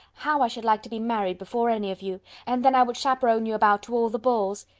how i should like to be married before any of you and then i would chaperon you about to all the balls.